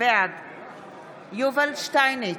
בעד יובל שטייניץ,